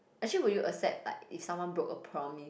actually would you accept like if someone broke a promise